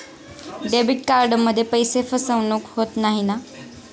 Debit कार्डमध्ये पैसे फसवणूक होत नाही ना?